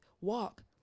walk